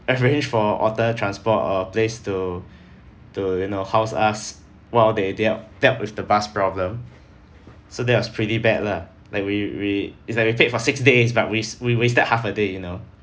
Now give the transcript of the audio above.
arrange for alternate transport or a place to to you know house us while they dealt dealt with the bus problem so that was pretty bad lah like we we it's like we paid for six days but we we wasted half a day you know